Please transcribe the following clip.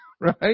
Right